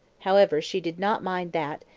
however, she did not mind that,